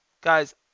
guys